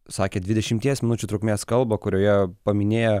sakė dvidešimties minučių trukmės kalbą kurioje paminėjo